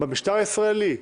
במשטר הישראלי,